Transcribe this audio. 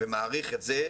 ומעריך את זה,